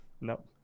Nope